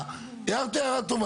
הערת הערה טובה.